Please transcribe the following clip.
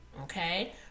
okay